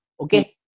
okay